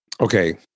Okay